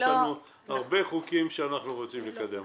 יש לנו הרבה חוקים שאנחנו רוצים לקדם.